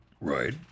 Right